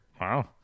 wow